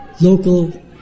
local